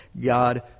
God